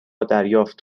دریافت